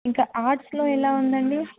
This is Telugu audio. ఇంకా ఆర్ట్స్లో ఎలా ఉందండి